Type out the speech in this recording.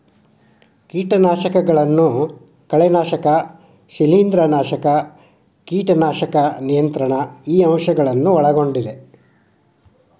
ಕೇಟನಾಶಕಗಳನ್ನು ಕಳೆನಾಶಕ ಶಿಲೇಂಧ್ರನಾಶಕ ಕೇಟನಾಶಕ ನಿಯಂತ್ರಣ ಈ ಅಂಶ ಗಳನ್ನು ಒಳಗೊಂಡಿದೆ